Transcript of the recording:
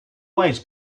ways